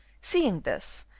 seeing this,